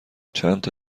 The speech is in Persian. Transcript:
چندتا